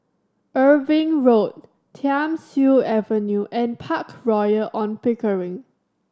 Irving Road Thiam Siew Avenue and Park Royal On Pickering